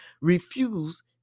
refuse